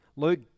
Luke